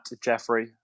Jeffrey